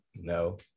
No